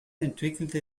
entwickelte